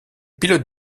pilote